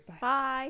Bye